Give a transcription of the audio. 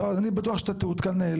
אני אומר לא, עכשיו זה פני עתיד.